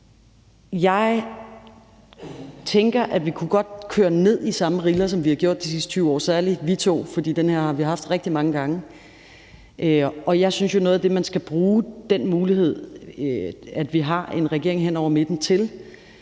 Jeg tænker, at vi godt kunne køre ned i samme rille, som vi har gjort de sidste 20 år, særlig vi to, for den her har vi haft rigtig mange gange, og jeg synes jo, at noget af det, man skal bruge – den mulighed, at vi har en regering hen over midten –